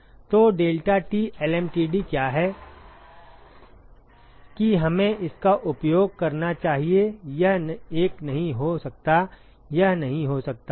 तो deltaT lmtd क्या है कि हमें इसका उपयोग करना चाहिए यह एक नहीं हो सकता यह यह नहीं हो सकता है